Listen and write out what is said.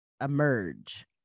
emerge